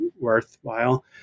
worthwhile